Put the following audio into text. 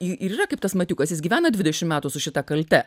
ir yra kaip tas matiukas jis gyvena dvidešimt metų su šita kalte